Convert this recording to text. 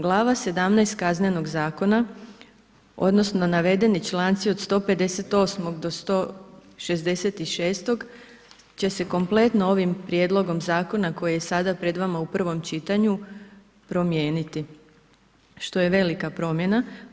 Glava 17 Kaznenog zakona odnosno navedeni članci od 158. do 166. će se kompletno ovim prijedlogom zakona koji je sad pred vama u prvom čitanju promijeniti što je velika promjena.